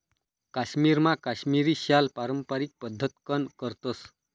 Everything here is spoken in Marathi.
काश्मीरमा काश्मिरी शाल पारम्पारिक पद्धतकन करतस